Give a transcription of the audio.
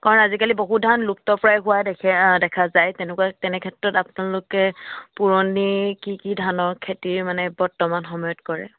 কাৰণ আজিকালি বহু ধান লুপ্ত প্ৰায় হোৱা দেখে দেখা যায় তেনেকুৱা তেনেক্ষেত্ৰত আপোনালোকে পুৰণি কি কি ধানৰ খেতি মানে বৰ্তমান সময়ত কৰে